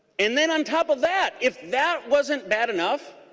and then on top of that if that wasn't bad enough